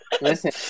Listen